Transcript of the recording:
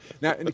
Now